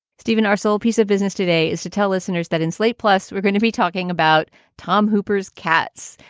stephen, our sole piece of business today is to tell listeners that in slate plus we're going to be talking about tom hooper's cats,